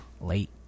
late